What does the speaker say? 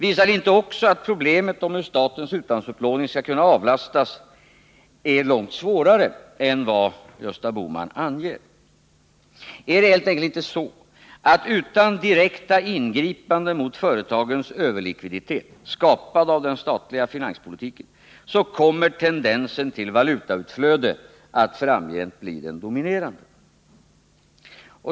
Visar det inte också att problemet om hur statens utlandsupplåning skall kunna klaras är långt svårare än Gösta Bohman säger? Är det helt enkelt inte så, att utan direkta ingripanden mot företagens överlikviditet, skapad av den statliga finanspolitiken, kommer tendensen till valutautflöde att framgent bli den dominerande?